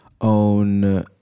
own